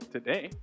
Today